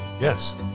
Yes